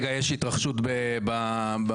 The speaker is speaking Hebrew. יש התרחשות בנמל.